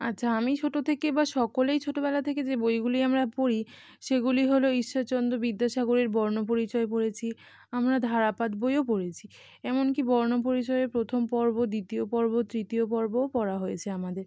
আচ্ছা আমি ছোটো থেকে বা সকলেই ছোটোবেলা থেকে যে বইগুলি আমরা পড়ি সেগুলি হলো ঈশ্বরচন্দ্র বিদ্যাসাগরের বর্ণ পরিচয় পড়েছি আমরা ধারাপাত বইও পড়েছি এমনকি বর্ণ পরিচয়ের প্রথম পর্ব দ্বিতীয় পর্ব তৃতীয় পর্বও পড়া হয়েছে আমাদের